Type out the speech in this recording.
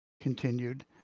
continued